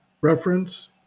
Reference